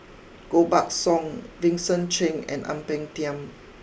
Koh Buck Song Vincent Cheng and Ang Peng Tiam